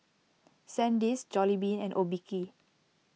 Sandisk Jollibean and Obike